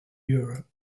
europe